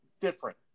different